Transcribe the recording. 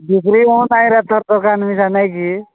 degree ହଉଁ ନାଇଁ ରା ତ ଟଙ୍କା ନାଇଁ କି